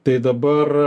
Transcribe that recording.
tai dabar